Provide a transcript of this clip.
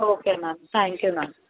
okay ma'am thank you ma'am